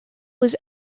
was